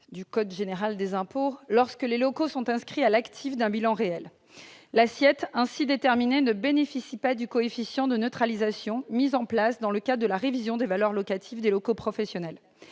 du code général des impôts lorsque les locaux sont inscrits à l'actif d'un bilan réel. L'assiette ainsi déterminée ne bénéficie pas du coefficient de neutralisation mis en place dans le cadre de la révision des valeurs locatives des locaux professionnels.